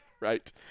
Right